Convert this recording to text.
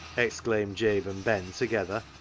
exclaimed jabe and ben together.